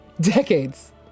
Decades